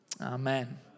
amen